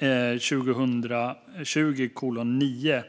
2020:9.